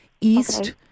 East